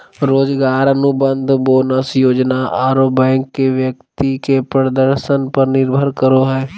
रोजगार अनुबंध, बोनस योजना आरो बैंक के व्यक्ति के प्रदर्शन पर निर्भर करो हइ